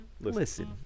Listen